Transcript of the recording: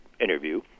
interview